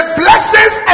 blessings